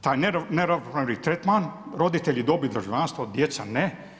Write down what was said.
taj neravnopravni tretman, roditelji dobiju državljanstvo a djeca ne.